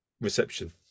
reception